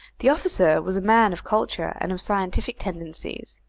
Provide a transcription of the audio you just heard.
the officer was a man of culture and of scientific tendencies,